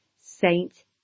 Saint